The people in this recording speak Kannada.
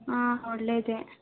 ಹಾಂ ಒಳ್ಳೆಯದೇ